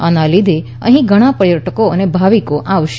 આના લીધે અહી ઘણા પર્યટકો અને ભાવિકો આવશે